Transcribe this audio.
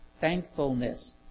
Thankfulness